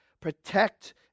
Protect